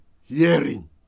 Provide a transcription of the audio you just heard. hearing